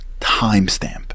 timestamp